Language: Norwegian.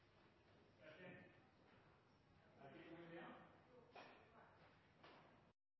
president. Jeg er